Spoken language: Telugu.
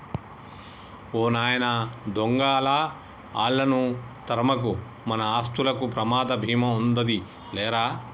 ఓ నాయన దొంగలా ఆళ్ళను తరమకు, మన ఆస్తులకు ప్రమాద భీమా ఉందాది లేరా